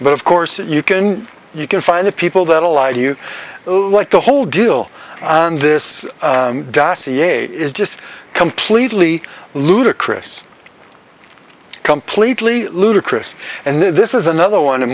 but of course you can you can find the people that allow you like the whole deal and this is just completely ludicrous completely ludicrous and this is another one a